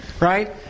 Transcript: Right